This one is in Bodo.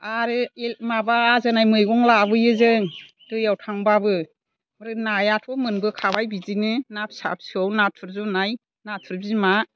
आरो माबा आजोनाइ मैगं लाबोयो जों दैयाव थांब्लाबो ओमफ्राय नायाथ' मोनबोखाबाय बिदिनो ना फिसा फिसौ नाथुर जुनाइ नाथुर बिमा